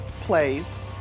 Plays